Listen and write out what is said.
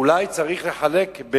אולי צריך לחלק,